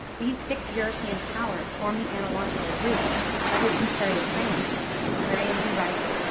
these six european powers form the analogical root of his comparative framework wherein he writes,